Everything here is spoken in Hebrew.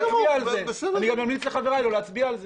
לא אצביע על זה ואמליץ לחבריי לא להצביע על זה.